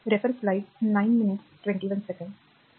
2 हे समीकरण आहे